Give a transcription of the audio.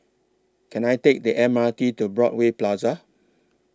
Can I Take The M R T to Broadway Plaza